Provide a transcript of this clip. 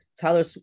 Tyler